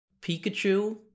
Pikachu